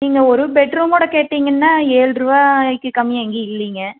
நீங்கள் ஒரு பெட்ரூமோடு கேட்டிங்கன்னால் ஏழு ருபாய்க்கி கம்மியாக எங்கேயும் இல்லைங்க